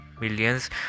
Millions